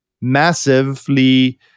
massively